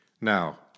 Now